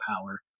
power